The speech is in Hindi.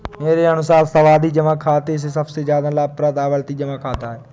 मेरे अनुसार सावधि जमा खाते से ज्यादा लाभप्रद आवर्ती जमा खाता है